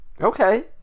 Okay